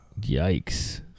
Yikes